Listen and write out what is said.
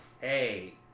hey